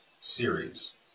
series